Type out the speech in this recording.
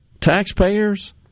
taxpayers